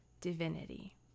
divinity